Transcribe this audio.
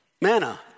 Manna